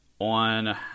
on